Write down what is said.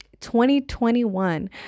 2021